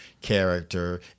character